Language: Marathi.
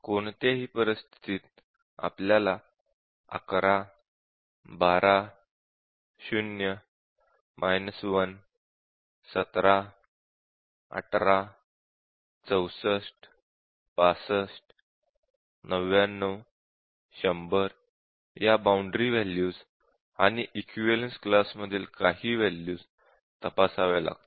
कोणत्याही परिस्थितीत आपल्याला 11 12 0 1 17 18 64 65 99 100 या बाउंडरी वॅल्यूज आणि इक्विवलेन्स क्लास मधील काही वॅल्यूज तपासाव्या लागतील